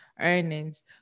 earnings